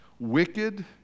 Wicked